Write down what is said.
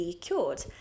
cured